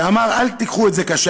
שאמר: "אל תיקחו את זה קשה,